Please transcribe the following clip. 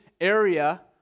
area